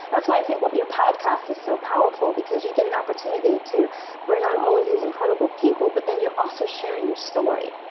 that's why i think your podcast is so powerful, because you get an opportunity to bring on all of these incredible people but then you're also sharing your story,